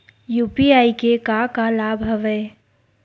UPI के का का लाभ हवय?